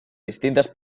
distintas